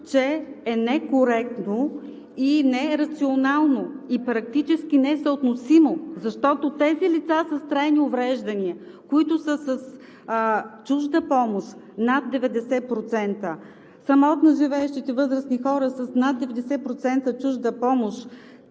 че е некоректно и нерационално, и практически несъотносимо, защото тези лица с трайни увреждания, които са с чужда помощ над 90%, самотно живеещите възрастни хора с над 90% чужда помощ,